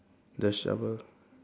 the shovel